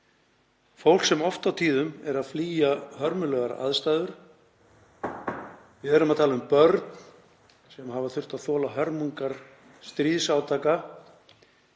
fólk sem oft og tíðum er að flýja hörmulegar aðstæður. Við erum að tala um börn sem hafa þurft að þola hörmungar stríðsátaka